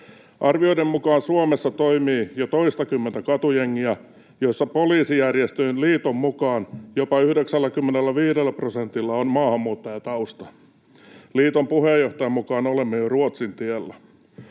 Arvioiden mukaan Suomessa toimii jo toistakymmentä katujengiä, joissa Poliisijärjestöjen Liiton mukaan jopa 95 prosentilla on maahanmuuttajatausta. Liiton puheenjohtajan mukaan olemme jo Ruotsin tiellä.